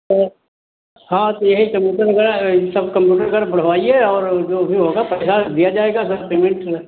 तो हाँ तो यही कंप्यूटर गया ई सब कंप्यूटर बढ़वाइए और जो भी होगा सर पैसा दिया जाएगा सर पेमेंट